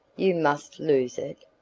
you must lose it!